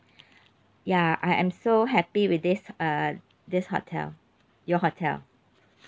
ya I am so happy with this uh this hotel your hotel